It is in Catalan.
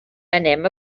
anem